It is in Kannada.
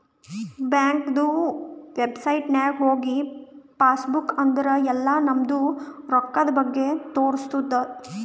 ಬ್ಯಾಂಕ್ದು ವೆಬ್ಸೈಟ್ ನಾಗ್ ಹೋಗಿ ಪಾಸ್ ಬುಕ್ ಅಂದುರ್ ಎಲ್ಲಾ ನಮ್ದು ರೊಕ್ಕಾದ್ ಬಗ್ಗೆ ತೋರಸ್ತುದ್